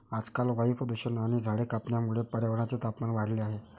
आजकाल वायू प्रदूषण आणि झाडे कापण्यामुळे पर्यावरणाचे तापमान वाढले आहे